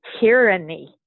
tyranny